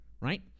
right